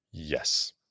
Yes